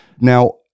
now